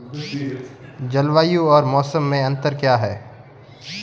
जलवायु और मौसम में अंतर क्या है?